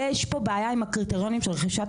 יש פה בעיה עם הקריטריונים של רכישת